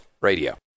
Radio